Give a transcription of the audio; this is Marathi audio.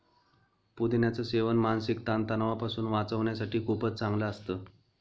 पुदिन्याच सेवन मानसिक ताण तणावापासून वाचण्यासाठी खूपच चांगलं असतं